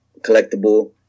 collectible